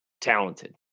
talented